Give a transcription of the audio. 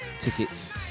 tickets